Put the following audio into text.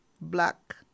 black